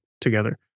together